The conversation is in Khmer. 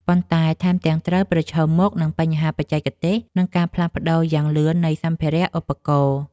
ប៉ុន្តែថែមទាំងត្រូវប្រឈមមុខនឹងបញ្ហាបច្ចេកទេស និងការផ្លាស់ប្តូរយ៉ាងលឿននៃសម្ភារៈឧបករណ៍។